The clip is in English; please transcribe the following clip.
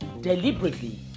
deliberately